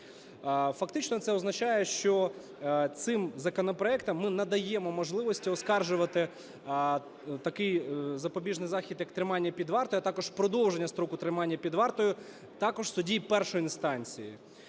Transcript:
Фактично це означає, що цим законопроектом ми надаємо можливість оскаржувати такий запобіжний захід як тримання під вартою, а також продовження строку тримання під вартою також у суді першої інстанції.